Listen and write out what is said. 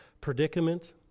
predicament